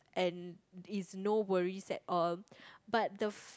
and it's no worries at all but the